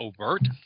overt